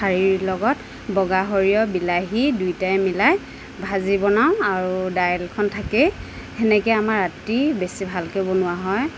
ঠাৰিৰ লগত বগা সৰিয়হ বিলাহী দুয়োটাই মিলাই ভাজি বনাওঁ আৰু ডাইলখন থাকেই সেনেকৈয়ে আমাৰ ৰাতি বেছি ভালকৈ বনোৱা হয়